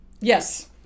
Yes